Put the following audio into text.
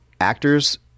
actors